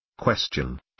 Question